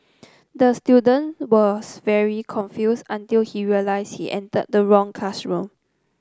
the student was very confused until he realised he entered the wrong classroom